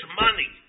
money